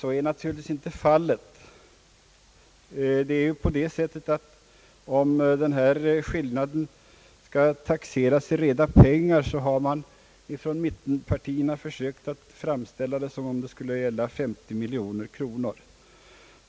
Så är naturligtvis inte fallet. När man från mittenpartiernas sida har försökt att taxera skillnaden i reda pengar har man gjort gällande att den skulle gälla 90 miljoner kronor.